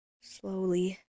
Slowly